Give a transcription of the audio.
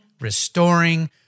restoring